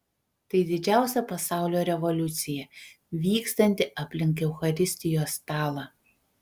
tai didžiausia pasaulio revoliucija vykstanti aplink eucharistijos stalą